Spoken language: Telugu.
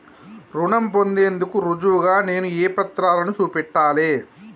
రుణం పొందేందుకు రుజువుగా నేను ఏ పత్రాలను చూపెట్టాలె?